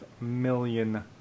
million